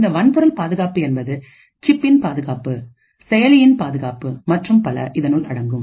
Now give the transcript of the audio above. இந்த வன்பொருள் பாதுகாப்பு என்பது சிப்பின் பாதுகாப்பு செயலியின் பாதுகாப்பு மற்றும் பல இதனுள் அடங்கும்